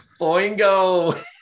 Boingo